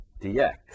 dx